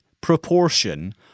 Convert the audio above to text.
proportion